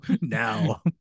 now